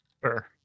Sure